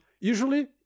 usually